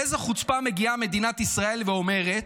באיזו חוצפה מגיעה מדינת ישראל ואומרת,